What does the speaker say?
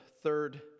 third